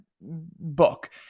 book